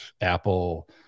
Apple